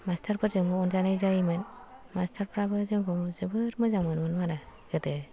मास्टारफोरजोंबो अनजानाय जायोमोन मास्टारफ्राबो जोंखौ जोबोत मोजां मोनोमोन आरो गोदो